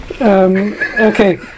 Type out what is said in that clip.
Okay